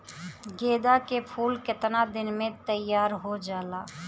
गेंदा के फूल केतना दिन में तइयार हो जाला?